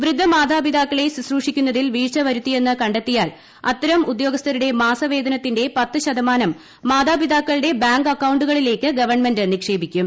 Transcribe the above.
വൃദ്ധമാതാപിതാക്കളെ ശുശ്രൂഷിക്കുന്നതിൽ വീഴ്ച വരുത്തിയെന്നു കണ്ടെത്തിയാൽ അത്തരം ഉദ്യോഗസ്ഥരുടെ മാസ വേതനത്തിന്റെ പത്ത് ശ്രതമാനം മാതാപിതാക്കളുടെ ബാങ്ക് അക്കൌണ്ടുകളിലേക്ക് ഗവ്ൺമെന്റ് നിക്ഷേപിക്കും